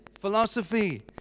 philosophy